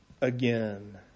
again